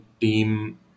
team